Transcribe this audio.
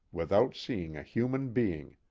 without seeing a human being.